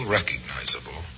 recognizable